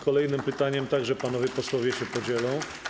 Kolejnym pytaniem także panowie posłowie się podzielą.